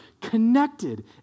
connected